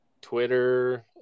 Twitter